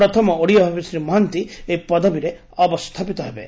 ପ୍ରଥମ ଓଡ଼ିଆ ଭାବେ ଶ୍ରୀ ମହାନ୍ତି ଏହି ପଦବୀରେ ଅବସ୍କାପିତ ହେବେ